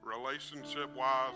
relationship-wise